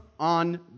On